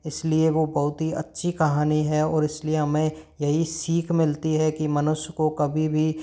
इसलिए वो बहुत ही अच्छी कहानी है और इसलिए हमें यही सीख मिलती है कि मनुष्य को कभी भी